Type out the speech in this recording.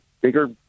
bigger